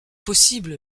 possible